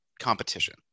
Competition